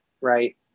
right